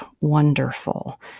wonderful